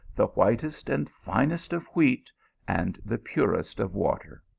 the whitest and finest of wheat and the purest of water.